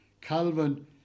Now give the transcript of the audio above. Calvin